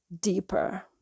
deeper